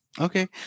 Okay